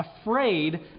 afraid